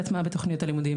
והטמעה בתוכניות הלימודים,